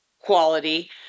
quality